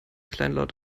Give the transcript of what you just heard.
kleinlaut